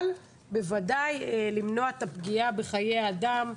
אבל בוודאי למנוע את הפגיעה בחיי אדם,